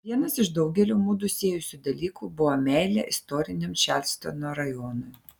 vienas iš daugelio mudu siejusių dalykų buvo meilė istoriniam čarlstono rajonui